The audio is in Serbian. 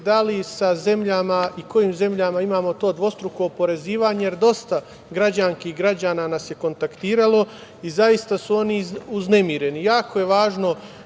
da li sa zemljama i kojim zemljama imamo to dvostruko oporezivanje, jer dosta građanki i građana nas je kontaktiralo i zaista su oni uznemireni. Jako je važno